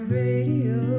radio